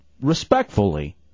respectfully